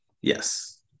Yes